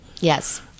Yes